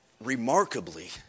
remarkably